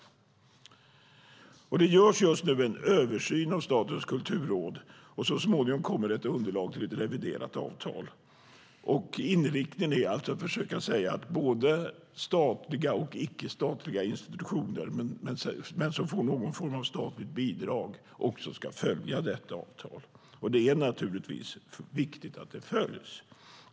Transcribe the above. Det görs just nu en översyn av Statens kulturråd. Så småningom kommer det ett underlag till ett reviderat avtal. Inriktningen är att man ska försöka säga att både statliga och icke-statliga institutioner, men som får någon form av statligt bidrag, ska följa detta avtal. Det är naturligtvis viktigt att det följs.